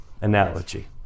analogy